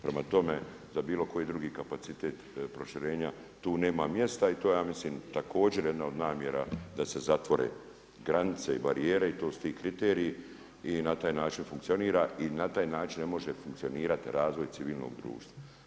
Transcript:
Prema tome, za bilo koji drugi kapacitet proširenja tu nema mjesta i to je ja mislim također jedna od namjera da se zatvore granice i barijere i to su ti kriteriji i na taj način funkcionira i na taj način ne može funkcionirati razvoj civilnog društva.